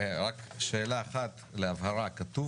רק שאלה אחת להבהרה, כתוב